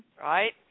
Right